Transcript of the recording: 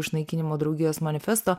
išnaikinimo draugijos manifesto